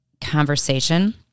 conversation